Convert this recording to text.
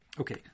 Okay